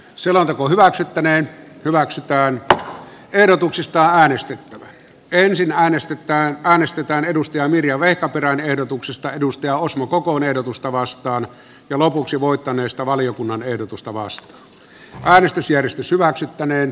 selonteko hyväksyttäneen hyväksytään ehdotuksista ahdisti kun ensin äänestetään mirja vehkaperän ehdotuksesta osmo kokon ehdotusta vastaan ja lopuksi voittaneesta valiokunnan ehdotusta vasta aavistus järistys hyväksyttäneen